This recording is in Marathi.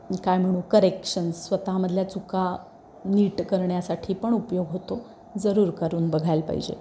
काय म्हणू करेक्शन स्वतःमधल्या चुका नीट करण्यासाठी पण उपयोग होतो जरूर करून बघायला पाहिजे